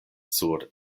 sur